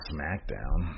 SmackDown